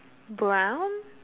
brown